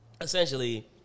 essentially